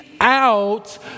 out